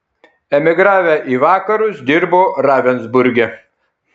emigravęs į vakarus dirbo ravensburge